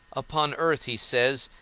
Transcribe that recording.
upon earth he says,